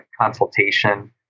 consultation